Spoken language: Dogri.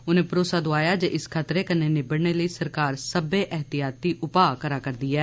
उनें भरोसा दोआया जे इस खतरें कन्नै निबड़ने लेई सरकार सब्बै अहतियाती उपाऽ करै'रदी ऐ